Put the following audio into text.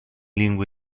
lingua